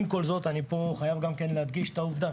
עם כל זאת אני חייב להדגיש פה את העובדה